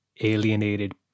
alienated